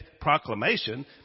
proclamation